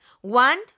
One